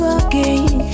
again